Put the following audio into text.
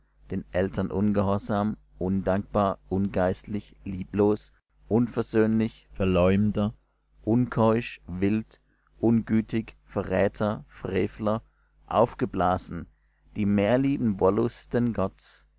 den eltern ungehorsam undankbar ungeistlich lieblos unversöhnlich verleumder unkeusch wild ungütig verräter frevler aufgeblasen die mehr lieben wollust denn gott